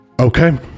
Okay